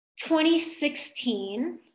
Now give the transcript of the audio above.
2016